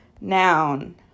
noun